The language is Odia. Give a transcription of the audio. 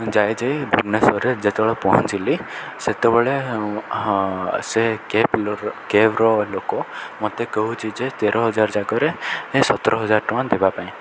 ଯାଇ ଯାଇ ଭୁବନେଶ୍ୱରରେ ଯେତେବେଳେ ପହଞ୍ଚିଲି ସେତେବେଳେ ସେ କ୍ୟାବ୍ କ୍ୟାବ୍ର ଲୋକ ମତେ କହୁଛି ଯେ ତେର ହଜାର ଜାଗାରେ ସତର ହଜାର ଟଙ୍କା ଦେବା ପାଇଁ